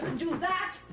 do that.